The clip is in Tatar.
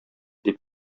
дип